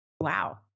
Wow